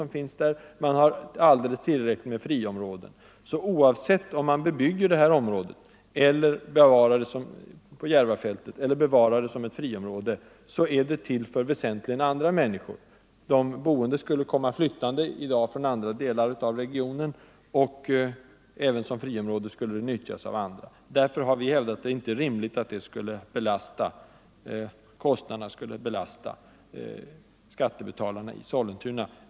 Det finns också tillräckligt med friområden. Oavsett om man bebygger Järvaområdet eller bevarar det såsom friområde, kommer det väsentligen att utnyttjas av andra människor. De som där skall bosätta sig skulle komma flyttande från andra delar av regionen. Även såsom friområde skulle det utnyttjas av andra än de nuvarande invånarna. Därför har vi hävdat att kostnaderna för markköpet inte skall belasta skattebetalarna i Sollentuna.